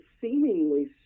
seemingly